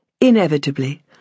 Inevitably